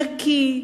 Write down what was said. נקי,